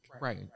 Right